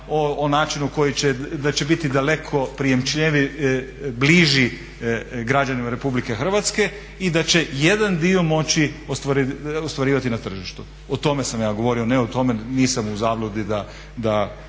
o načinu da će biti daleko bliži građanima RH i da će jedan dio moći ostvarivati na tržištu. O tome sam ja govorio, nisam u zabludi.